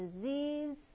disease